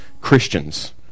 Christians